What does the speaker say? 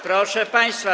Proszę Państwa!